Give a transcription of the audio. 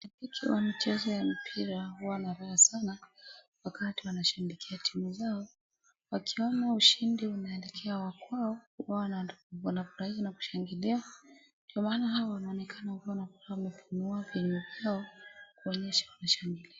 Wakiwa mchezo ya mpira huwa na roho sana wakati wanashabikia timu zao wakiona ushindi unaelekea wa kwao huwa wanafurahia na kushangilia ndio maana hawa wanaonekana wakiwa na furaha kuonyesha ushindi.